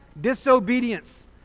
disobedience